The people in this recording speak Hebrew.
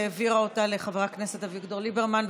שהעבירה אותה לחבר הכנסת אביגדור ליברמן.